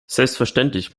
selbstverständlich